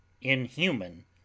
Inhuman